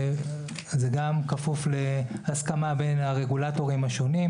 זה גם כפוף להסכמה בין הרגולטורים השונים,